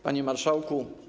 Panie Marszałku!